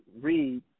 read